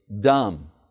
dumb